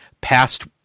past